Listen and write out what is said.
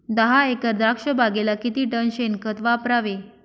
दहा एकर द्राक्षबागेला किती टन शेणखत वापरावे?